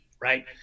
right